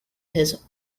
his